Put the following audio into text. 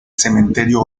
cementerio